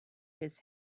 his